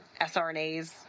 SRNAs